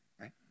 right